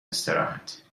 استراحت